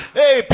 hey